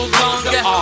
longer